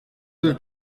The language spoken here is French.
deux